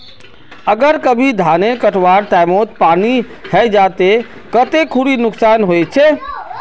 अगर कभी धानेर कटवार टैमोत पानी है जहा ते कते खुरी नुकसान होचए?